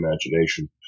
imagination